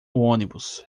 ônibus